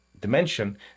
dimension